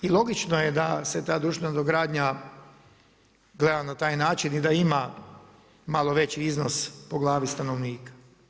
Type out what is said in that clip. I logično je da se ta društvena nadogradnja gleda na taj način i da ima malo veći iznos po glavi stanovnika.